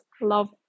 love